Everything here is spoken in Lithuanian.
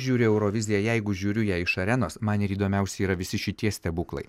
žiūriu euroviziją jeigu žiūriu į ją iš arenos man ir įdomiausi yra visi šitie stebuklai